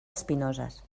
espinoses